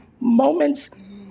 moments